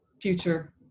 future